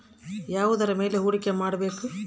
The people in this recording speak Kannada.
ಯಾವುದರ ಮೇಲೆ ಹೂಡಿಕೆ ಮಾಡಬೇಕು?